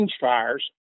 fires